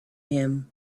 him